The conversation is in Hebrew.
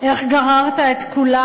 איך גררת את כולם.